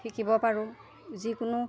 শিকিব পাৰোঁ যিকোনো